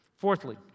Fourthly